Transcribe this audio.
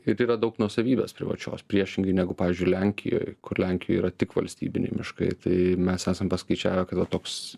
ir yra daug nuosavybės privačios priešingai negu pavyz lenkijoj kur lenkijoj yra tik valstybiniai miškai tai mes esam paskaičiavę kad va toks